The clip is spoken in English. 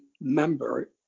member